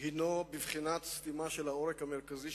הינו בבחינת סתימה של העורק המרכזי